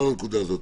לא הנקודה הזאת.